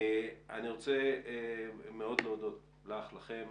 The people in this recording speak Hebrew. אני רוצה מאוד להודות לך, לכם.